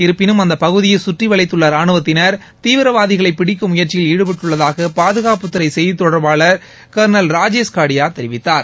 இருப்பினும் அந்த பகுதியை சுற்றிவளைத்துள்ள ரானுவத்தினர் தீவிரவாரிகளை பிடிக்கும் முயற்சியில் ஈடுபட்டுள்ளதாக பாதுகாப்புத்துறை செய்தித் தொடர்பாளர் கர்ணல் ராஜேஷ்காடியா தெரிவித்தார்